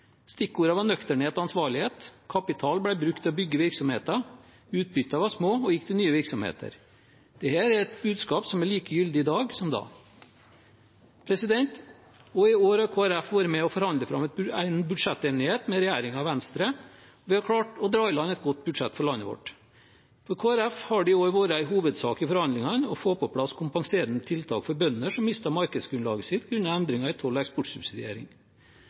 Stikkordene var «nøkternhet» og «ansvarlighet». Kapital ble brukt til å bygge virksomheter. Utbyttene var små og gikk til nye virksomheter. Dette er et budskap som er like gyldig i dag som da. Også i år har Kristelig Folkeparti vært med på å forhandle fram en budsjettenighet med regjeringen og Venstre. Vi har klart å dra i land et godt budsjett for landet vårt. For Kristelig Folkeparti har det i år vært en hovedsak i forhandlingene å få på plass kompenserende tiltak for bønder som mister markedsgrunnlaget sitt på grunn av endringer i toll- og eksportsubsidiering.